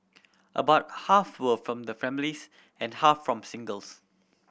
about half were from the families and half from singles